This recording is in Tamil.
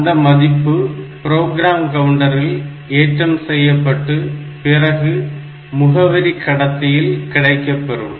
அந்த மதிப்பு ப்ரோக்ராம் கவுண்டரில் ஏற்றம் செய்யப்பட்டு பிறகு முகவரி கடத்தியில் கிடைக்கப்பெறும்